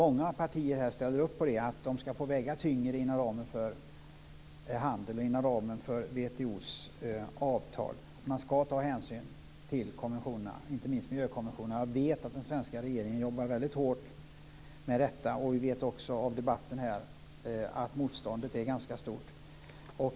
Många partier ställer upp på att de skall få väga tyngre inom ramen för handeln och WTO:s avtal. Man skall ta hänsyn till konventionerna, inte minst miljökonventionerna. Jag vet att den svenska regeringen jobbar väldigt hårt med detta. Vi vet också av debatten här att motståndet är ganska stort.